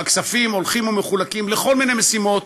והכספים הולכים ומחולקים לכל מיני משימות,